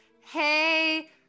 Hey